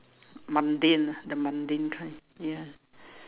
mundane ah the mundane kind ya